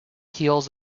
heels